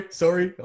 sorry